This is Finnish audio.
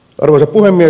arvoisa puhemies